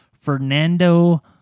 Fernando